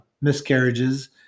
miscarriages